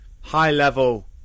high-level